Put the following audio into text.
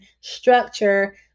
structure